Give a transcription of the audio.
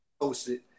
posted